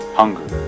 hunger